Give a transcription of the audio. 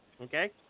okay